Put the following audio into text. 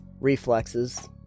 reflexes